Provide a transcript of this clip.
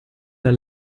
der